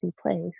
place